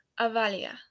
avalia